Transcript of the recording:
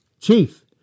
Chief